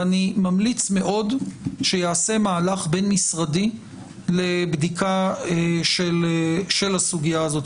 ואני ממליץ מאוד שיעשה מהלך בין-משרדי לבדיקה של הסוגיה הזאת,